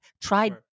tried